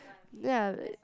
ya